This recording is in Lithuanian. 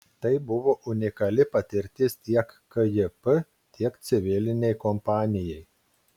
tai buvo unikali patirtis tiek kjp tiek civilinei kompanijai